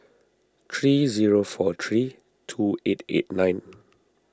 three zero four three two eight eight nine